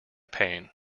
pain